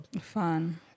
Fun